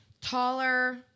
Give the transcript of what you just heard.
taller